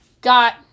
got